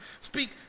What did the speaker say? speak